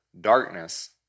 darkness